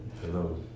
Hello